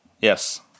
Yes